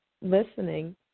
listening